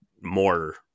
more